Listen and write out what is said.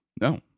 No